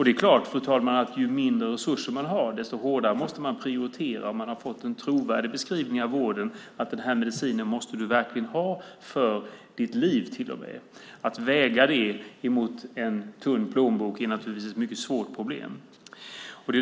Det är klart, fru talman, att ju mindre resurser man har, desto hårdare måste man prioritera. Om man har fått en trovärdig beskrivning av vården, att man verkligen måste ha en viss medicin för sitt liv, är det naturligtvis ett mycket svårt problem att väga det mot en tunn plånbok.